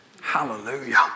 Hallelujah